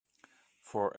for